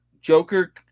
Joker